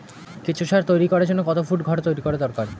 কেঁচো সার তৈরি করার জন্য কত ফুট ঘর তৈরি করা দরকার?